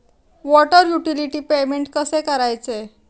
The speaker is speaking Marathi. वॉटर युटिलिटी पेमेंट कसे करायचे?